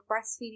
breastfeeding